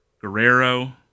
Guerrero